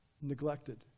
neglected